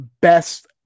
best